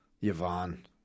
Yvonne